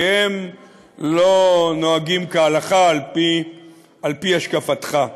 כי הם לא נוהגים כהלכה על-פי השקפתך.